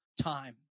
time